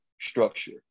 structure